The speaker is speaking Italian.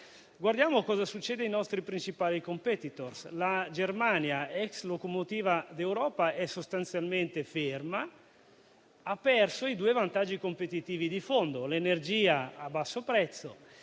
Guardiamo cosa succede ai nostri principali *competitor*. La Germania, ex locomotiva d'Europa, è sostanzialmente ferma. Ha perso i due vantaggi competitivi di fondo: l'energia a basso prezzo